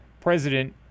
President